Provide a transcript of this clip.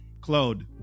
claude